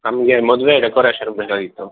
ನಮಗೆ ಮದುವೆ ಡೆಕೊರೇಷನ್ಗೆ ಬೇಕಾಗಿತ್ತು